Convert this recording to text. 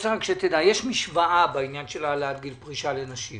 יש משוואה בעניין העלאת גיל פרישה לנשים